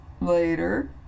later